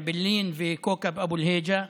אעבלין וכאוכב אבו אל-היג'א,